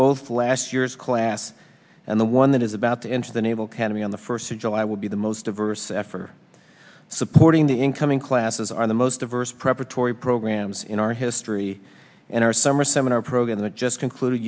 both last year's class and the one that is about to enter the naval academy on the first of july will be the most diverse f or supporting the incoming classes are the most diverse preparatory programs in our history and our summer seminar program that just concluded